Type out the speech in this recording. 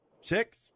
six